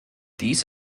dies